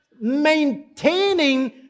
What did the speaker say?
maintaining